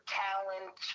talent